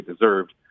deserved